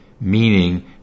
meaning